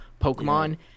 Pokemon